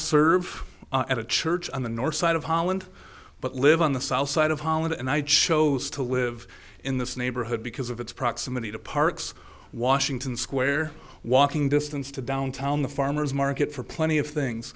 serve at a church on the north side of holland but live on the south side of holland and i chose to live in this neighborhood because of its proximity to parks washington square walking distance to downtown the farmers market for plenty of things